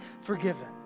forgiven